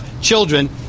children